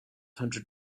hundred